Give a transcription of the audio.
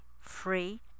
Free